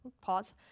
pause